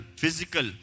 physical